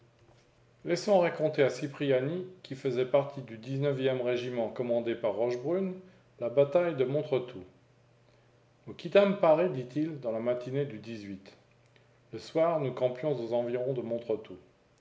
laissons raconter à cipriani qui faisait partie du e régiment commandé par rochebrune la bataille de montretout nous quittâmes paris dit-il dans la matinée du le soir nous campions aux environs de montretout